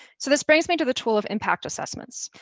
so this brings me to the tool of impact assessments.